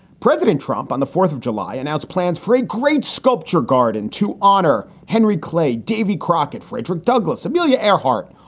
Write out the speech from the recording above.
president trump on the fourth of july announced plans for a great sculpture garden to honor henry clay, davy crockett, frederick douglass, amelia earhart,